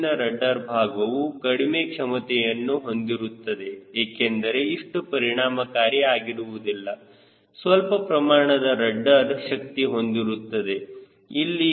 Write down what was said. ಹೆಚ್ಚಿನ ರಡ್ಡರ್ ಭಾಗವು ಕಡಿಮೆ ಕ್ಷಮತೆಯನ್ನು ಹೊಂದಿರುತ್ತದೆ ಏಕೆಂದರೆ ಇಷ್ಟು ಪರಿಣಾಮಕಾರಿ ಆಗಿರುವುದಿಲ್ಲ ಸ್ವಲ್ಪ ಪ್ರಮಾಣದ ರಡ್ಡರ್ ಶಕ್ತಿ ಹೊಂದಿರುತ್ತದೆ